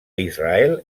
israel